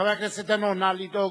חבר הכנסת דנון, נא לדאוג,